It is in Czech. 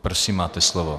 Prosím, máte slovo.